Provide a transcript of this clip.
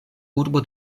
urbo